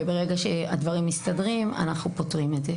וברגע שהדברים מסתדרים אנחנו פותרים את זה.